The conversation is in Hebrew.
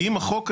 כי אם החוק הזה,